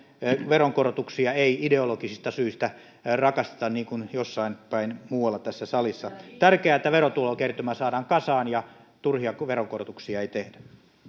veronkorotuksia ei ideologisista syistä rakasteta niin kuin jossain päin muualla tässä salissa on tärkeää että verotulokertymä saadaan kasaan ja turhia veronkorotuksia ei tehdä